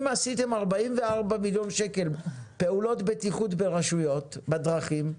אם עשיתם 44 מיליון שקל לפעולות בטיחות ברשויות בדרכים,